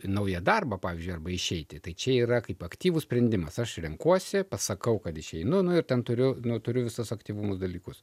naują darbą pavyzdžiui arba išeiti tai čia yra kaip aktyvus sprendimas aš renkuosi pasakau kad išeinu nu ir ten turiu nu turiu visus aktyvumo dalykus